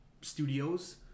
Studios